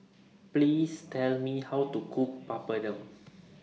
Please Tell Me How to Cook Papadum